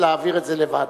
להעביר את זה לוועדה,